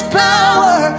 power